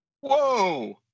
Whoa